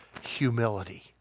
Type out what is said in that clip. humility